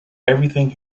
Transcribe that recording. everything